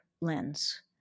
lens